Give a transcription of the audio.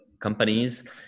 companies